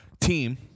team